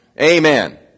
amen